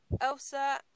Elsa